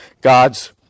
God's